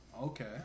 Okay